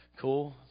Cool